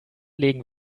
legen